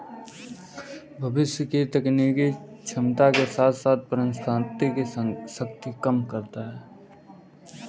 भविष्य की तकनीकी क्षमता के साथ साथ परिसंपत्ति की शक्ति को कम करता है